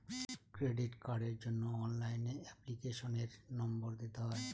credit কার্ডের জন্য অনলাইনে এপ্লিকেশনের নম্বর দিতে হয়